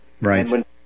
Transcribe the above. right